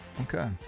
Okay